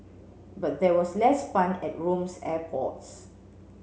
but there was less fun at Rome's airports